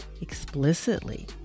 explicitly